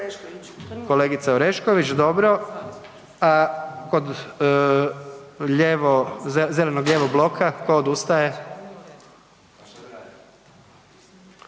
Kolegica Orešković, dobro. Kod lijevo, zeleno-lijevog bloka tko odustaje?